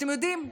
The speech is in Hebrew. אתם יודעים,